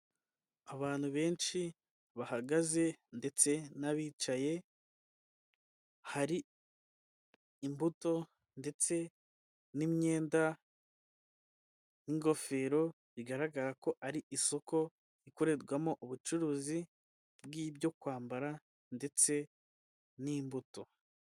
Abantu benshi bahagaze ndetse n'abicaye hari imbuto ndetse n'imyenda n'ingofero bigaragara ko ari isoko ikorerwamo ubucuruzi bw'ibyo kwambara ndetse n'imbuto.